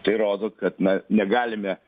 tai rodo kad na negalime